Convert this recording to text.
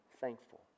thankful